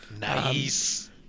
Nice